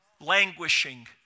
languishing